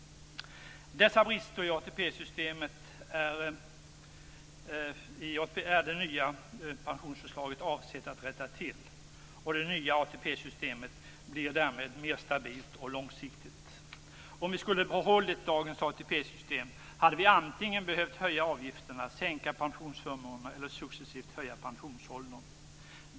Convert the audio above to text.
Dessa brister i ATP-systemet avser man med det nya pensionsförslaget att rätta till. Det nya ATP systemet blir därmed mer stabilt och långsiktigt. Om vi skulle behållit dagens ATP-system hade vi antingen behövt höja avgifterna, sänka pensionsförmånerna eller successivt höja pensionsåldern.